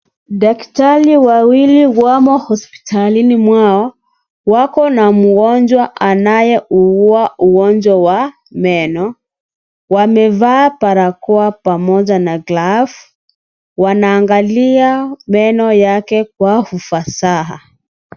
Daktari wawili wamo hospitalini mwao, wako na mugonjwa anaye ugua ugonjwa wa, meno, wamefaa parakoa pamoja na glaaf, wanaangalia, meno yake kwa, ufasaha.